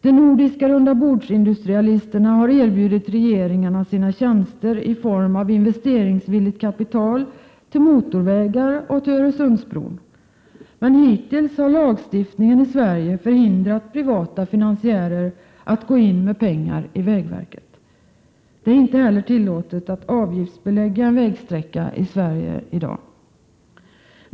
De nordiska rundabordsindustrialisterna har erbjudit regeringarna sina tjänster i form av investeringsvilligt kapital till motorvägar och till Öresundsbron. Men hittills har lagstiftningen i Sverige förhindrat privata finansiärer att gå in med pengar i vägverket. Det är inte heller tillåtet att avgiftsbelägga en vägsträcka i Sverige i dag.